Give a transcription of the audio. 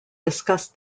discussed